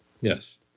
Yes